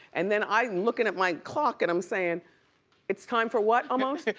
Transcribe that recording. and then i'm looking at my clock and i'm saying it's time for what, almost?